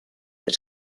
that